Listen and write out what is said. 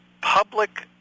public